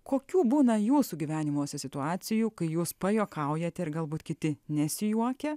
kokių būna jūsų gyvenimuose situacijų kai jūs pajuokaujate ir galbūt kiti nesijuokia